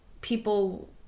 people